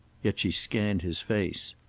yet she scanned his face.